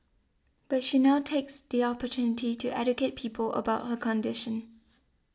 but she now takes the opportunity to educate people about her condition